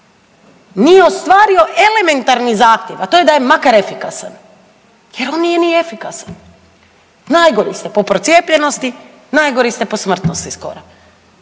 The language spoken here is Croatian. nije ostvario elementarni zahtjev, a to je makar efikasan jer on nije ni efikasan. Najgori ste po procijepljenosti, najgori ste po smrtnosti skoro,